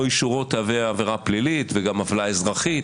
אישורו תהווה עבירה פלילית וגם עוולה אזרחית.